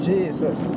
Jesus